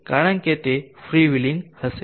કારણ કે તે ફ્રી વ્હિલિંગ હશે